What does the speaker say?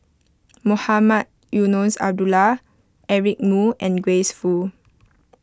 Mohamed Eunos Abdullah Eric Moo and Grace Fu